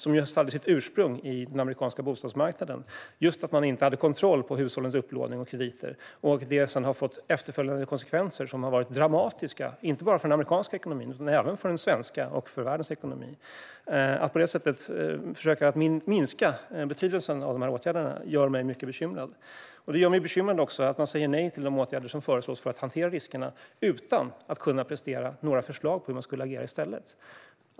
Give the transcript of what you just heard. Den hade ju sitt ursprung i den amerikanska bostadsmarknaden. De hade inte kontroll över hushållens upplåning och krediter. Det fick sedan efterföljande konsekvenser som har varit dramatiska, inte bara för den amerikanska ekonomin utan även för ekonomin i Sverige och världen. Det gör mig mycket bekymrad när man förminskar betydelsen av dessa åtgärder. Jag blir också bekymrad över att man säger nej till de åtgärder som föreslås för att man ska kunna hantera dessa risker, och man gör det utan att prestera några förslag om hur man ska agera i stället.